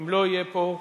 ואם לא יהיה פה,